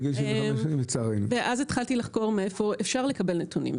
אז התחלתי לחקור מאיפה אפשר לקבל נתונים,